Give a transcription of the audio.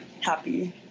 happy